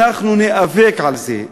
אנחנו ניאבק על זה.